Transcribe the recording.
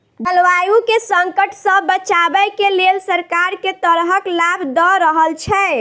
जलवायु केँ संकट सऽ बचाबै केँ लेल सरकार केँ तरहक लाभ दऽ रहल छै?